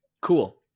Cool